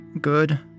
Good